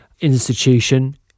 institution